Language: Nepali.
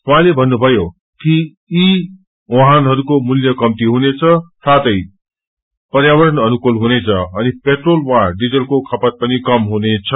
उहाँले भन्नुभयो कि ई वाहनहरूको मूल्य कम्ती हुनेछ साथै पर्यावरण अनुकूल हुनेछ अनि पेट्रोल वा डिजलको खपत पनि कम हुनेछ